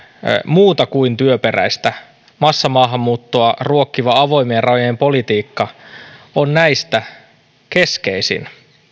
muuta kuin työperäistä massamaahanmuuttoa ruokkiva avoimien rajojen politiikka on näistä keskeisin